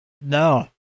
No